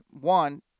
One